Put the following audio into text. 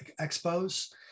expos